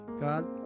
God